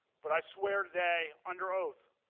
but i swear today, under oath,